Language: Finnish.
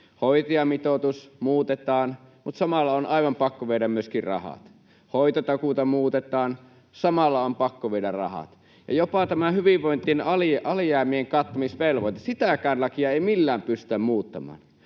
Hoitajamitoitus muutetaan, mutta samalla on aivan pakko viedä myöskin rahat. Hoitotakuuta muutetaan, mutta samalla on pakko viedä rahat. Jopa hyvinvointialueiden alijäämien kattamisvelvoitteen lakia ei millään pystytä muuttamaan.